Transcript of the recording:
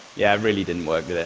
yeah, it really didn't work,